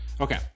Okay